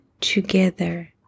together